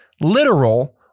literal